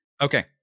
Okay